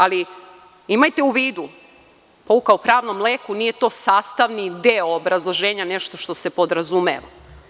Ali, imajte u vidu, pouka o pravnom leku nije to sastavni deo obrazloženja nešto što se podrazumeva.